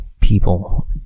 people